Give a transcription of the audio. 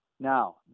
Now